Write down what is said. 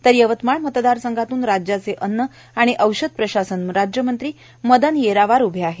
तर यवतमाळ मतदारसंघातून राज्याचे अन्न आणि औषध प्रशासन राज्य मंत्री मदन येरावार उभे आहेत